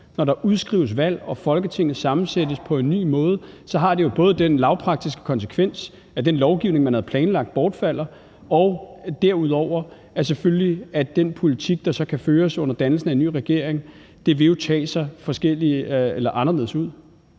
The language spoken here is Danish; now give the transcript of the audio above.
Når der udskrives valg og Folketinget sammensættes på en ny måde, har det jo både den lavpraktiske konsekvens, at den lovgivning, man havde planlagt, bortfalder, og derudover, at den politik, der så kan føres under dannelsen af en ny regering, selvfølgelig vil tage sig anderledes ud.